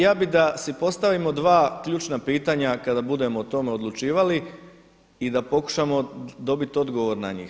Ja bih da si postavimo dva ključna pitanja kada budemo o tome odlučivali i da pokušamo dobiti odgovor na njih.